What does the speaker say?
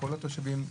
כל התושבים,